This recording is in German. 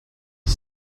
ich